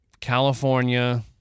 California